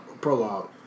prologue